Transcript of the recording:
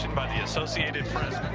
by the associated press,